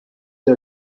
der